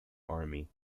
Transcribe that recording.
army